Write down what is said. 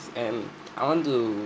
and I want to